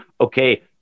okay